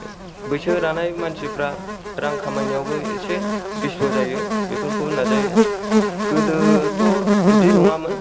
बैसो रानाय मानसिफ्रा रां खामायनायावबो एसे बेस्त' जायो बेफोरखौ नाजायो गोदोथ' बिदि नङामोन